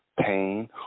pain